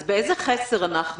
אז באיזה חסר אנחנו,